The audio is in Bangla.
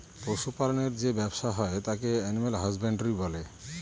পশু পালনের যে ব্যবসা হয় তাকে এলিম্যাল হাসব্যানডরই বলে